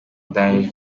ndangije